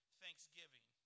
thanksgiving